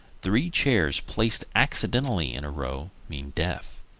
three chairs placed accidentally in a row mean death.